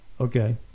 Okay